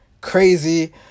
Crazy